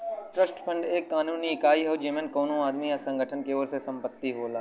trust fund एक कानूनी इकाई हौ जेमन कउनो आदमी या संगठन के ओर से संपत्ति होला